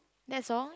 that's all